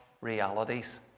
realities